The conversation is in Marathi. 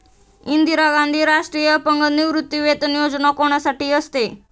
इंदिरा गांधी राष्ट्रीय अपंग निवृत्तीवेतन योजना कोणासाठी असते?